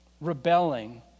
rebelling